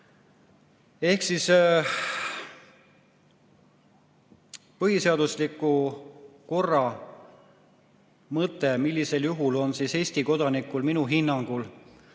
kestnud. Põhiseadusliku korra mõte, millisel juhul on Eesti kodanikul minu hinnangul